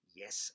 yes